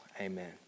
Amen